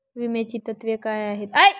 विम्याची तत्वे काय आहेत?